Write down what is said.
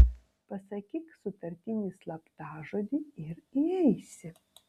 pasakyk sutartinį slaptažodį ir įeisi